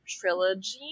trilogy